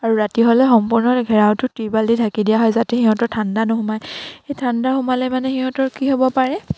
আৰু ৰাতি হ'লে সম্পূৰ্ণ ঘেৰাওটো তিৰ্পাল দি ঢাকি দিয়া হয় যাতে সিহঁতৰ ঠাণ্ডা নোসোমাই সেই ঠাণ্ডা সোমালে মানে সিহঁতৰ কি হ'ব পাৰে